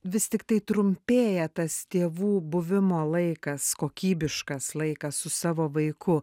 vis tiktai trumpėja tas tėvų buvimo laikas kokybiškas laikas su savo vaiku